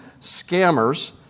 scammers